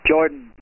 Jordan